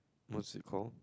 what's it called